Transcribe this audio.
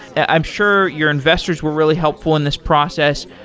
i'm sure your investors were really helpful in this process.